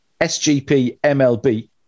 SGPMLB